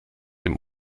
dem